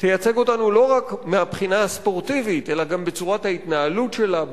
תייצג אותנו לא רק מהבחינה הספורטיבית אלא גם בצורת ההתנהלות שלה,